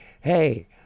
hey